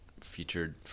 featured